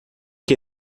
que